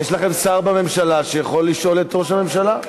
יש לכם שר בממשלה שיכול לשאול את ראש הממשלה.